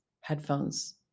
headphones